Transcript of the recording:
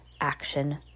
action